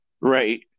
right